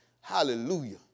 Hallelujah